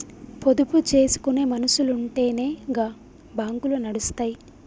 పొదుపు జేసుకునే మనుసులుంటెనే గా బాంకులు నడుస్తయ్